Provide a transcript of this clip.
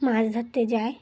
মাছ ধরতে যায়